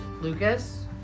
Lucas